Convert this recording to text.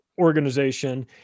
organization